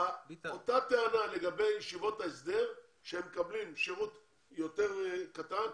אותה טענה לגבי ישיבות ההסדר שמקבלות שירות יותר קטן,